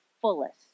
fullest